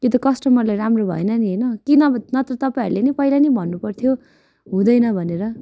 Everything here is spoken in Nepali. त्यो त कस्टमरलाई राम्रो भएन नि होइन कि नभए नत्र तपाईँहरूले पहिला नै भन्नुपर्थ्यो हुँदैन भनेर